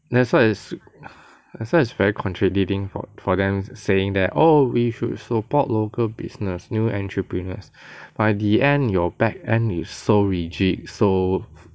that's why it's that's why it's very contradicting for for them saying that oh we should support local business new entrepreneurs but the end your back end you so rigid so